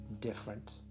different